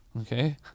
Okay